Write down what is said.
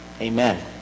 Amen